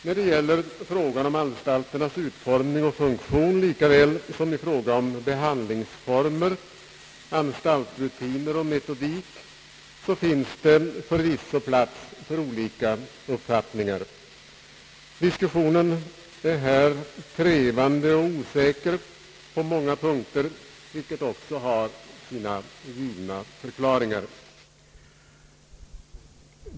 När det gäller frågan om anstalternas utformning och funktion lika väl som i fråga om behandlingsformer, anstaltsrutiner och metodik finns det förvisso plats för olika uppfattningar. Diskussionen är här trevande och osäker på många punkter, vilket också har sina givna förklaringar.